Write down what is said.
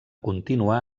continuar